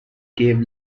gave